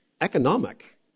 economic